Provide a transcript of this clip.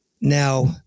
Now